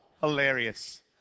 hilarious